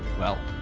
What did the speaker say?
well,